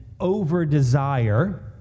over-desire